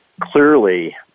clearly